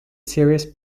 serious